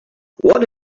what